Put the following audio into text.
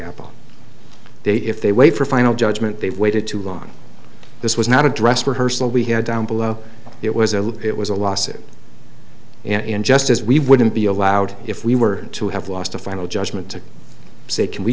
apple they if they wait for final judgment they've waited too long this was not a dress rehearsal we had down below it was a it was a lawsuit and just as we wouldn't be allowed if we were to have lost a final judgment to say can we